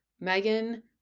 Megan